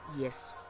yes